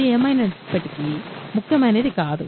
ఇది ఏమైనప్పటికీ ముఖ్యమైనది కాదు